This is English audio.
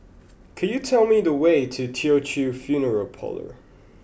could you tell me the way to Teochew Funeral Parlour